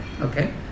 okay